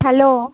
hello